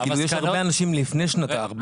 יש הרבה אנשים מלפני שנתיים, הרבה מלפני.